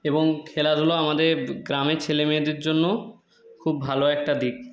এবং খেলাধুলা আমাদের গ্রামের ছেলেমেয়েদের জন্য খুব ভালো একটা দিক